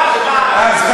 אז,